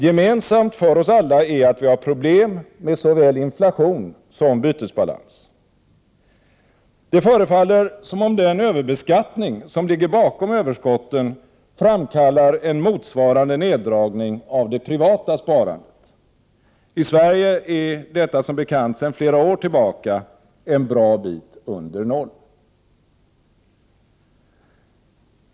Gemensamt för oss alla är att vi har problem med såväl inflation som bytesbalans. Det förefaller som om den överbeskattning som ligger bakom överskotten framkallar en motsva rande neddragning av det privata sparandet. I Sverige är detta som bekant sedan flera år tillbaka en bra bit under noll.